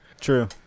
True